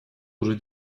уже